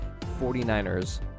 49ers